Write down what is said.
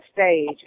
stage